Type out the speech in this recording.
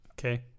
Okay